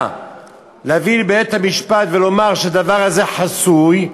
לבוא לבית-המשפט ולהגיד שהדבר הזה חסוי,